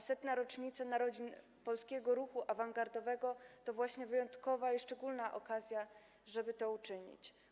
100. rocznica narodzin polskiego ruchu awangardowego to właśnie wyjątkowa i szczególna okazja, żeby to uczynić.